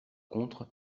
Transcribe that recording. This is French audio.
contre